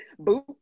Boop